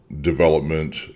development